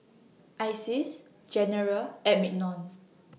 Isis General and Mignon